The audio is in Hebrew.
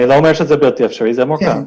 אני לא אומר שזה בלתי אפשרי, זה מורכב.